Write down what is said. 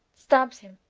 stabs him.